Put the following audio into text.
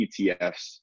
ETFs